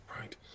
Right